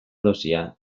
dosia